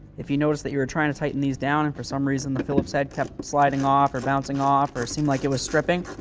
if you notice that you're trying to tighten these down and for some reason, the phillips head kept sliding off or bouncing off or seem like it was stripping,